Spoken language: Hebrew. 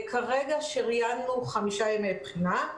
כרגע שריינו חמישה ימי בחינה,